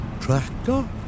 tractor